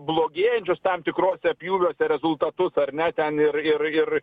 blogėjančius tam tikruse pjūviuose rezultatus ar ne ten ir ir ir